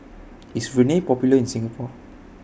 IS Rene Popular in Singapore